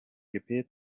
appeared